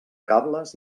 cables